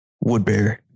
Woodbury